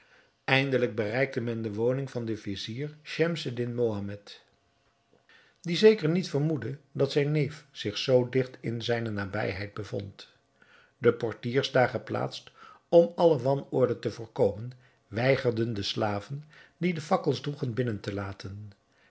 eindelijk bereikte men de woning van den vizier schemseddin mohammed die zeker niet vermoedde dat zijn neef zich zoo digt in zijne nabijheid bevond de portiers daar geplaatst om alle wanorde te voorkomen weigerden de slaven die de fakkels droegen binnen te laten